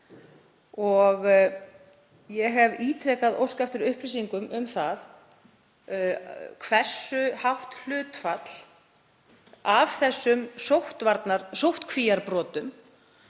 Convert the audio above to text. Ég hef ítrekað óskað eftir upplýsingum um það hversu hátt hlutfall af þessum sóttkvíarbrotum